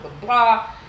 blah